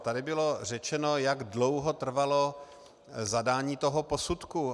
Tady bylo řečeno, jak dlouho trvalo zadání toho posudku.